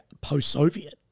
post-Soviet